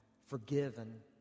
forgiven